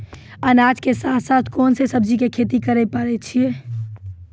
अनाज के साथ साथ कोंन सब्जी के खेती करे पारे छियै?